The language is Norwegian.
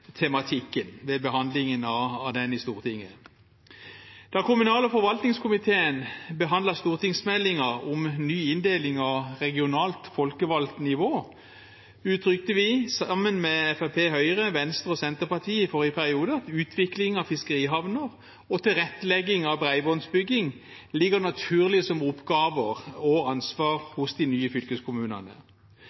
tematikken ved behandlingen av den i Stortinget. Da kommunal- og forvaltningskomiteen behandlet stortingsmeldingen om en ny inndeling av regionalt folkevalgt nivå, uttrykte vi, sammen med Fremskrittspartiet, Høyre, Venstre og Senterpartiet, i forrige periode at utvikling av fiskerihavner og tilrettelegging av bredbåndsbygging ligger naturlig som oppgaver og ansvar hos de nye fylkeskommunene.